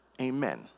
Amen